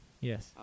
Yes